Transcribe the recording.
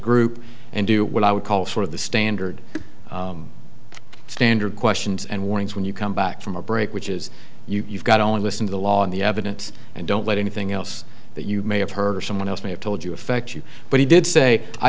group and do what i would call sort of the standard standard questions and warnings when you come back from a break which is you've got only listen to the law on the evidence and don't let anything else that you may have heard or someone else may have told you affect you but he did say i